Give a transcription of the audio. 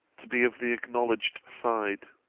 to be of the acknowledging side.